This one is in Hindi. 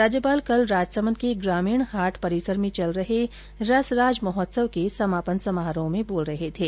राज्यपाल कल राजसमंद के ग्रामीण हाट परिसर में चल रहे रसराज महोत्सव के समापन समारोह में बोल रहे थे